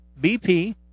BP